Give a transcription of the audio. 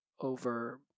over